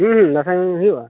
ᱦᱮᱸ ᱦᱮᱸ ᱫᱟᱸᱥᱟᱭ ᱮᱱᱮᱡ ᱦᱩᱭᱩᱜᱼᱟ